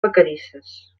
vacarisses